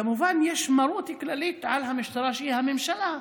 כמובן שיש מרות כללית על המשטרה, שהיא הממשלה,